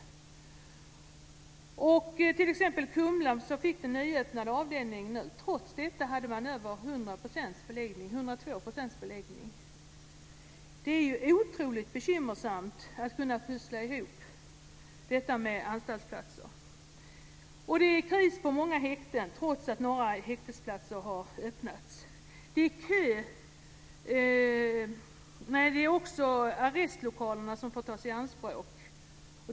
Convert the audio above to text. Kumla fick t.ex. en nyöppnad avdelning nu, men trots detta har man 102 % beläggning. Det är otroligt bekymmersamt att pussla ihop anstaltsplatserna. Det är också kris på många häkten trots att några häktesplatser har öppnats. Arrestlokalerna får också tas i anspråk.